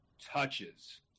touches